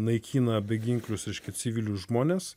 naikina beginklius reiškia civilius žmones